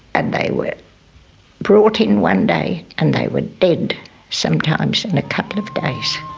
and they were brought in one day and they were dead sometimes in a couple of days.